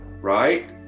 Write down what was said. right